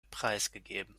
preisgegeben